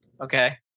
Okay